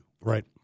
Right